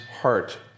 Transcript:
heart